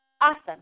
Awesome